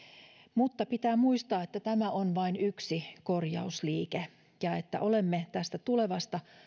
mutta pitää muistaa että tämä on vain yksi korjausliike ja että olemme tästä tulevasta